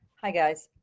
hi guys,